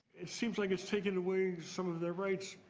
it seems like it's taken away some of their rights.